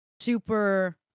Super